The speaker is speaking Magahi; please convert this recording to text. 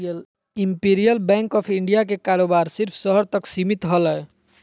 इंपिरियल बैंक ऑफ़ इंडिया के कारोबार सिर्फ़ शहर तक सीमित हलय